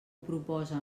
proposa